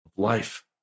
life